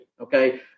Okay